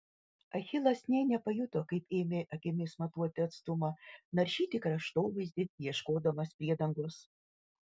achilas nė nepajuto kaip ėmė akimis matuoti atstumą naršyti kraštovaizdį ieškodamas priedangos